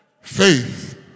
Faith